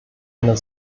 einer